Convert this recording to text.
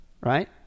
right